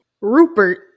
Rupert